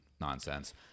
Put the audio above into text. nonsense